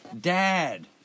dad